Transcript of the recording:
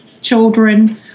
children